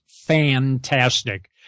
fantastic